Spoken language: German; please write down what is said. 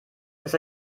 dass